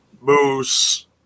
Moose